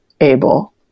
able